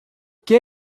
que